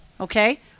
Okay